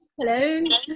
hello